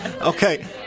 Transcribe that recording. okay